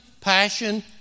passion